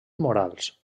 morals